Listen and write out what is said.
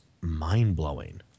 mind-blowing